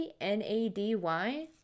n-a-d-y